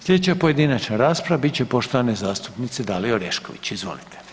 Slijedeća pojedinačna rasprava bit će poštovane zastupnice Dalije Orešković, izvolite.